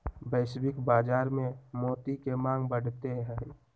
वैश्विक बाजार में मोती के मांग बढ़ते हई